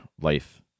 life